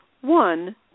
One